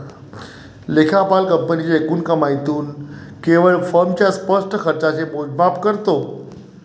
लेखापाल कंपनीच्या एकूण कमाईतून केवळ फर्मच्या स्पष्ट खर्चाचे मोजमाप करतो